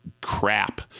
crap